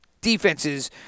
defenses